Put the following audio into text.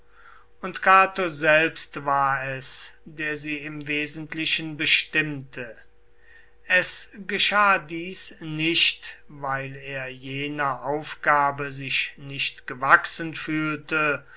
und cato selbst war es der sie im wesentlichen bestimmte es geschah dies nicht weil er jener aufgabe sich nicht gewachsen fühlte